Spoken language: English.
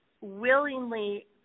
willingly